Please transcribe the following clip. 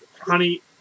honey